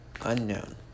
unknown